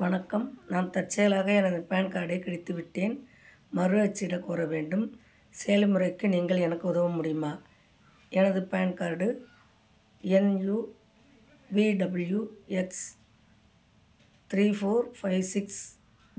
வணக்கம் நான் தற்செயலாக எனது பான் கார்டை கிழித்துவிட்டேன் மறு அச்சிடக் கோர வேண்டும் செயல்முறைக்கு நீங்கள் எனக்கு உதவ முடியுமா எனது பான் கார்டு எண் U V W X three four five six